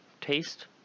taste